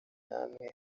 namwe